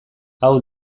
hau